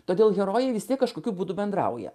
todėl herojai vis tiek kažkokiu būdu bendrauja